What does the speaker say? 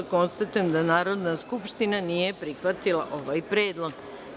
Konstatujem da Narodna skupština nije prihvatila ovaj predlog.